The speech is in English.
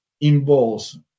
involves